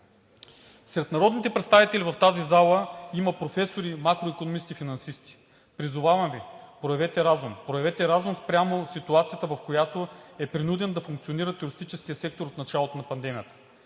Сред народните представители в тази зала има професори, макроикономисти и финансисти. Призовавам Ви: проявете разум, проявете разум спрямо ситуацията, в която е принуден да функционира туристическият сектор от началото на пандемията!